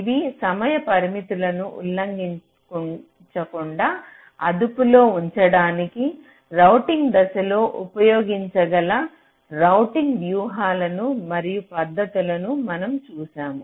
ఇవి సమయ పరిమితులను ఉల్లంఘించకుండా అదుపులో ఉంచడానికి రౌటింగ్ దశలో ఉపయోగించగల రౌటింగ్ వ్యూహాలు మరియు పద్ధతులను మనం చూశాము